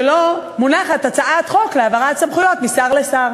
שלא מונחת הצעת חוק להעברת סמכויות משר לשר.